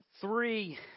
Three